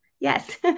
Yes